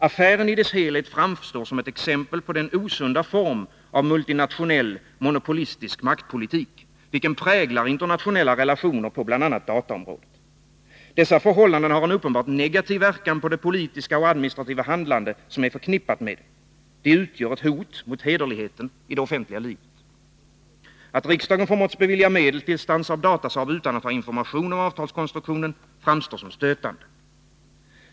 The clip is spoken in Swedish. Affären i sin helhet framstår som ett exempel på den osunda form av multinationell, monopolistisk maktpolitik vilken präglar internationella relationer på bl.a. dataområdet. Dessa förhållanden har en uppenbart negativ verkan på det politiska och administrativa handlande som är förknippat med dem. De utgör ett hot mot hederligheten i det offentliga livet. Att riksdagen förmåtts bevilja medel till Stansaab-Datasaab utan att ha information om avtalskonstruktionen framstår som stötande.